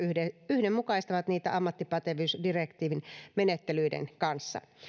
yhdenmukaistavat niitä ammattipätevyysdirektiivin menettelyiden kanssa